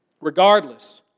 Regardless